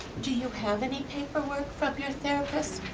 do you have any paperwork from your therapist?